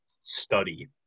study